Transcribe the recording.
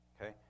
Okay